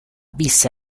visse